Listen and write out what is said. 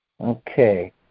Okay